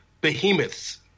behemoths